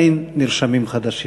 אין נרשמים חדשים.